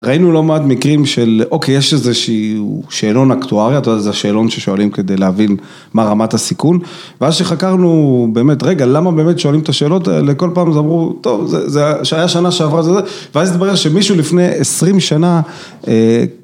ראינו לא מעט מקרים של, אוקיי, יש איזה שהוא שאלון אקטוארי, אתה יודע, זה השאלון ששואלים כדי להבין מה רמת הסיכון, ואז שחקרנו, באמת, רגע, למה באמת שואלים את השאלות האלה, כל פעם אמרו, טוב, זה היה שנה שעברה זה זה, ואז התברר שמישהו לפני עשרים שנה,